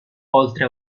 oltre